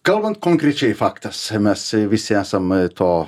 kalbant konkrečiai faktas mes visi esam to